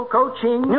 coaching